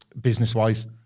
business-wise